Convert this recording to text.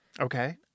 Okay